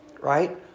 right